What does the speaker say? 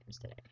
today